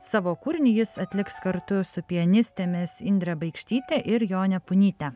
savo kūrinį jis atliks kartu su pianistėmis indre baikštyte ir jone punyte